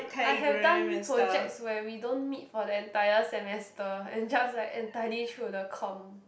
I have done projects where we don't meet for the entire semester and just like entirely through the com